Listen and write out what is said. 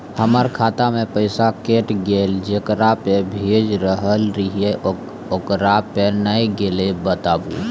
हमर खाता से पैसा कैट गेल जेकरा पे भेज रहल रहियै ओकरा पे नैय गेलै बताबू?